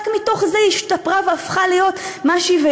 רק מתוך זה היא השתפרה והפכה להיות מה שהיא,